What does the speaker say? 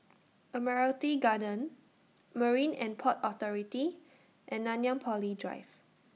Admiralty Garden Marine and Port Authority and Nanyang Poly Drive